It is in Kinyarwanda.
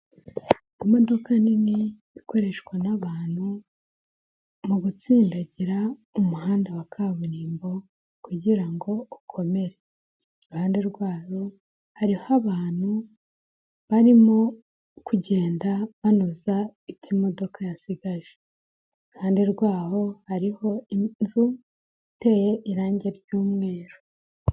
Imodoka nini ikoreshwa n'abantu mu gutsindagira umuhanda wa kaburimbo kugira ngo ukomere, iruhande rwayo hariho abantu barimo kugenda banoza ibyo imodoka yasigaje, iruhande rwaho hariho inzu iteye irangi ry'umweru.